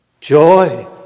joy